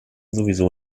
sowieso